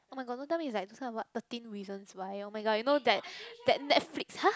oh-my-god don't tell me it's like this kind what thirteen reasons why oh-my-god you know that that Netflix !huh!